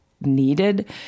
needed